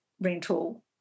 rental